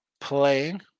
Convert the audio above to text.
playing